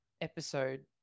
episode